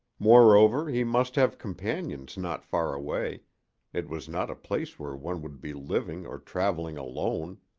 moreover, he must have companions not far away it was not a place where one would be living or traveling alone.